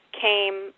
came